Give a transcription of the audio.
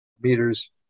Meters